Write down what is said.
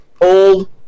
old